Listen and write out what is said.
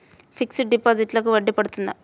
Fixed డిపాజిట్లకు వడ్డీ పడుతుందా?